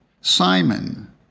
Simon